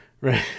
Right